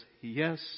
yes